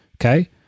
Okay